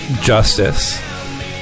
justice